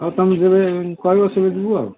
ହଉ ତୁମେ ଯେବେ କହିବ ସେବେ ଯିବୁ ଆଉ